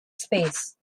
space